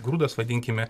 grūdas vadinkime